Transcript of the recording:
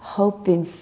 hoping